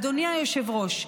אדוני היושב-ראש,